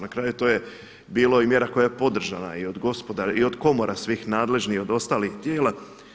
Na kraju to je bila i mjera koja je podržana i od komora svih nadležnih, od ostalih mjera.